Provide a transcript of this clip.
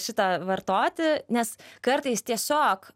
šitą vartoti nes kartais tiesiog